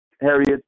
Harriet